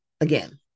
again